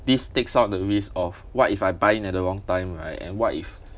this takes out the risk of what if I buy in at the wrong time right and what if